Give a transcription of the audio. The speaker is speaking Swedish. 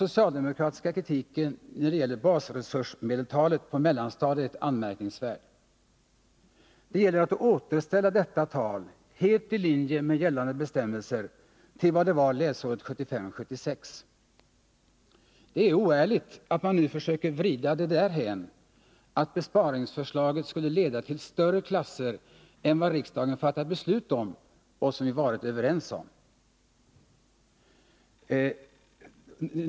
socialdemokratiska kritiken när det gäller basresursmedeltalet på mellanstadiet anmärkningsvärd. Det gäller att återställa detta tal, helt i linje med gällande bestämmelser, till vad det var läsåret 1975/76. Det är oärligt att man nu söker vrida det därhän att besparingsförslaget skulle leda till större klasser än vad riksdagen fattat beslut om och som vi varit överens om.